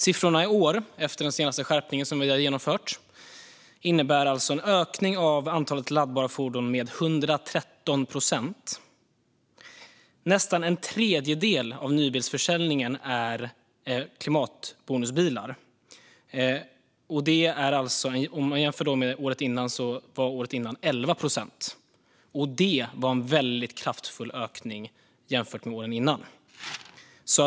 Siffrorna i år, efter den senaste skärpningen vi genomförde, innebär en ökning av antalet laddbara fordon med 113 procent. Nästan en tredjedel av nybilsförsäljningen är klimatbonusbilar. Året innan var siffran 11 procent, och det var en väldigt kraftfull ökning jämfört med åren dessförinnan.